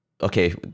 Okay